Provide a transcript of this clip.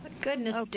Goodness